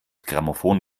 grammophon